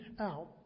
out